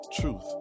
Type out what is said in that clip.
truth